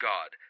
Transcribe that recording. God